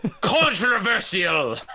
controversial